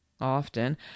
Often